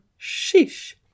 Sheesh